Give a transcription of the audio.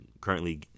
currently